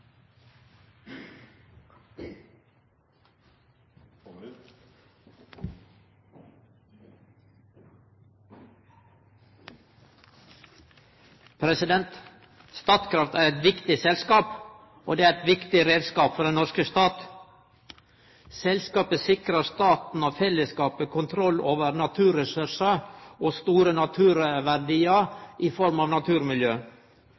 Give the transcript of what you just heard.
ideer. Statkraft er eit viktig selskap, og det er ein viktig reiskap for den norske staten. Selskapet sikrar staten og fellesskapen kontroll over naturressursar og store naturverdiar i form av naturmiljø.